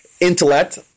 Intellect